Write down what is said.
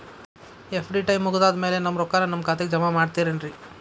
FD time ಮುಗಿದಾದ್ ಮ್ಯಾಲೆ ನಮ್ ರೊಕ್ಕಾನ ನಮ್ ಖಾತೆಗೆ ಜಮಾ ಮಾಡ್ತೇರೆನ್ರಿ?